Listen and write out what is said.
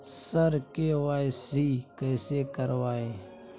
sir KYC कैसे करवाएं